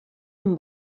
amb